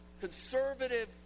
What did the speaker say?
Conservative